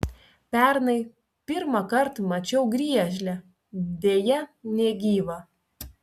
pernai pirmąkart mačiau griežlę deja negyvą